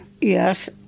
Yes